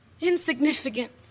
insignificant